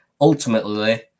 Ultimately